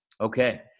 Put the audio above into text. Okay